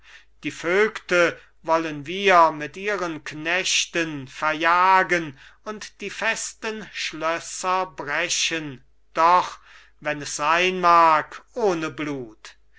die vögte wollen wir mit ihren knechten verjagen und die festen schlösser brechen doch wenn es sein mag ohne blut